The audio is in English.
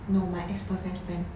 no my ex-boyfriend's friend